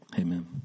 Amen